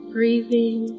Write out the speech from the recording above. Breathing